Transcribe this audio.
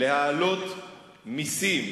אנחנו נאלצים להעלות מסים,